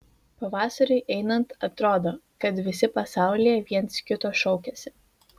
pavasariui einant atrodo kad visi pasaulyje viens kito šaukiasi